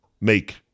make